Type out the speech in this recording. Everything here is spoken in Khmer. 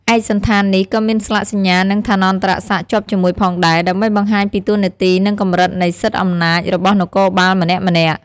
ឯកសណ្ឋាននេះក៏មានស្លាកសញ្ញានិងឋានន្តរសក្ដិជាប់ជាមួយផងដែរ ដើម្បីបង្ហាញពីតួនាទីនិងកម្រិតនៃសិទ្ធិអំណាចរបស់នគរបាលម្នាក់ៗ។